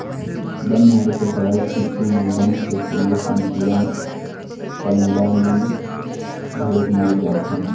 बन मारे के दवई छिंचे म बन के संगे संग कीरा कमोरा मन घलोक मर जाथें